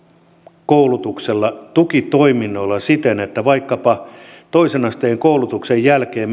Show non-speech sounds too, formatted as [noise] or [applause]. lisäkoulutuksella tukitoiminnoilla sen että vaikkapa toisen asteen koulutuksen jälkeen [unintelligible]